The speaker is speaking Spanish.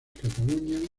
cataluña